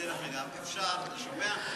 דרך אגב, אתה שומע?